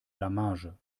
blamage